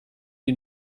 ihn